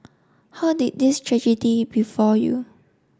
how did this tragedy befall you